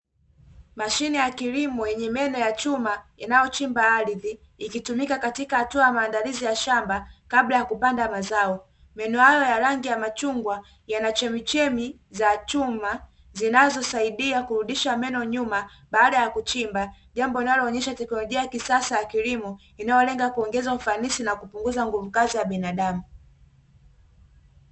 Mashine ya kilimo yenye meno ya chuma, inayochimba ardhi ikitumika katika hatua ya maandalizi ya shamba kabla ya kupanda mazao, meno hayo ya rangi ya machungwa yana chemichemi za chuma, zinazosaidia kurudisha meno nyuma baada ya kuchimba jambo linalonesha teknolojia ya kisasa ya kilimo inayolenga kuongeza ufanisi na kupunguza nguvu kazi ya binadamu.